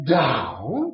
down